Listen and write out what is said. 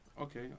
Okay